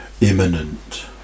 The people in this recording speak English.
imminent